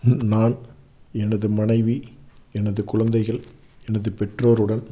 நான் எனது மனைவி எனது குழந்தைகள் எனது பெற்றோர்ருடன்